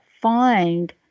find